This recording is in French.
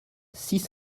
six